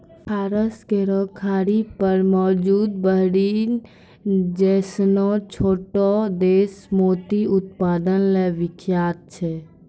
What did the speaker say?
फारस केरो खाड़ी पर मौजूद बहरीन जैसनो छोटो देश मोती उत्पादन ल विख्यात छै